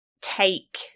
take